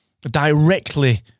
directly